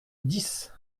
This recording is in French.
dix